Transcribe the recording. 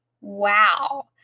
Wow